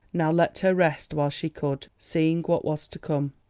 now let her rest while she could, seeing what was to come.